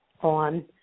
on